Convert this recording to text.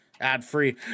ad-free